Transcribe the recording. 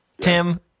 Tim